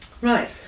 Right